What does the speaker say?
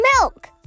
milk